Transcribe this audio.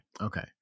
okay